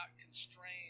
constrained